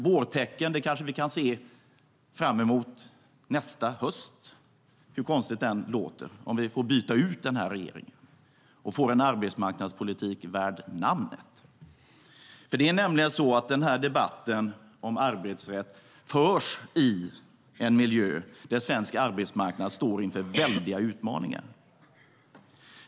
Vårtecken kanske vi kan se fram emot nästa höst, hur konstigt det än låter, om vi får byta ut den här regeringen och få en arbetsmarknadspolitik värd namnet. Det är nämligen så att den här debatten om arbetsrätt förs i en miljö där svensk arbetsmarknad står inför väldiga utmaningar.